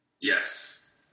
Yes